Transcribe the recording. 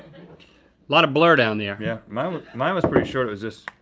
lot of blur down there. yeah, mine mine was pretty short, it was just,